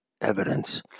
evidence